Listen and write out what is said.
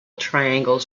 triangles